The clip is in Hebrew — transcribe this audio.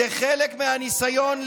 עצרתי את השעון.